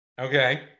Okay